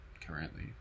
currently